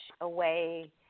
away